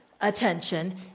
attention